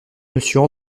monsieur